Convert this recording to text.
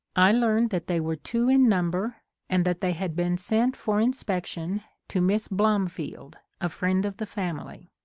i learned that they were two in number and that they had been sent for inspection to miss blomfield, a friend of the family.